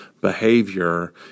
behavior